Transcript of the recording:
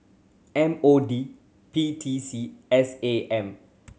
M O D P T C S A M